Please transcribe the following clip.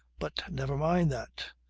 but never mind that.